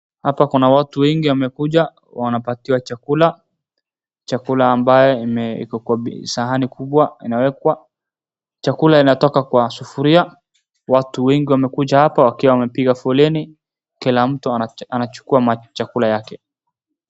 Hapa kuna watu wengi wamekuja wanapatiwa chakula, chakula ambayo iko kwa sahani kubwa inawekwa. Chakula inatoka kwa sufuria, watu wengi wamekuja hapa wakiwa wamepiga foleni kila mtu anachukua chakula yake.